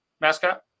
mascot